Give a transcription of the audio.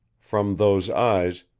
from those eyes,